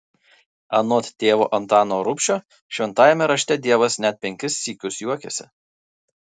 anot tėvo antano rubšio šventajame rašte dievas net penkis sykius juokiasi